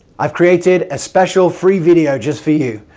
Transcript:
i've created a special free video just for you,